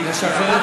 תקציבית.